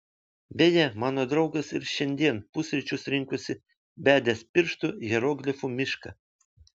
beje mano draugas ir šiandien pusryčius rinkosi bedęs pirštu į hieroglifų mišką